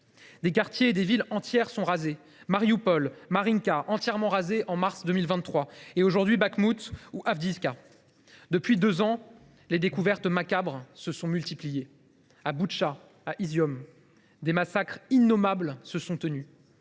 Des quartiers et des villes entières sont détruits : Marioupol et Marïnka, entièrement rasées en mars 2023, et aujourd’hui Bakhmout ou Avdiïvka. Depuis deux ans, les découvertes macabres se sont multipliées. À Boutcha, à Izioum, des massacres innommables se sont déroulés.